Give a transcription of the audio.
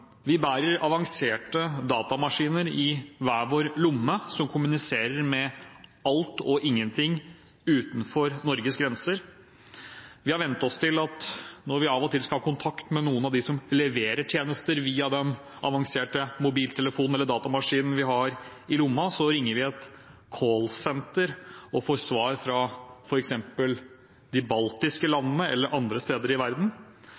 Vi bærer avanserte datamaskiner i hver vår lomme, som kommuniserer med alt og ingenting utenfor Norges grenser. Vi har vent oss til at når vi av og til skal ha kontakt med noen av dem som leverer tjenester via den avanserte mobiltelefonen eller datamaskinen vi har i lomma, så ringer vi et call-senter og får svar fra f.eks. de baltiske landene eller andre steder i verden.